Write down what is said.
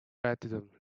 baptism